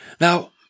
Now